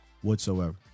whatsoever